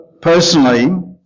personally